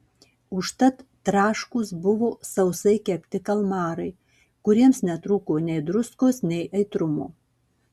užtat traškūs buvo sausai kepti kalmarai kuriems netrūko nei druskos nei aitrumo